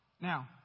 Now